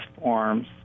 forms